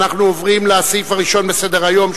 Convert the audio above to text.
אנחנו עוברים לסעיף הראשון בסדר-היום,